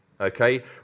Okay